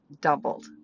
doubled